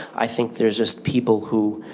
i think there's just people who,